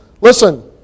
Listen